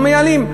אנחנו מייעלים,